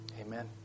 Amen